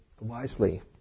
wisely